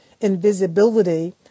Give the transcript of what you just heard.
invisibility